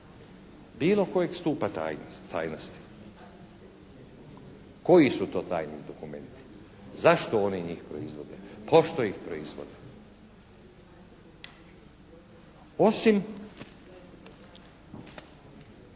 bilo kojeg stupnja tajnosti. Koji su to tajni dokumenti? Zašto oni njih proizvode? Pošto ih proizvode? Osim